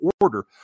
order